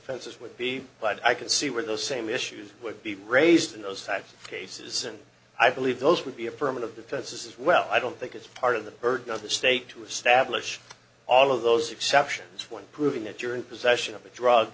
fences would be but i can see where the same issues would be raised in those types of cases and i believe those would be a permanent because this is well i don't think it's part of the burden of the state to establish all of those exceptions when proving that you're in possession of a drug